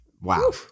Wow